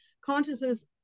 consciousness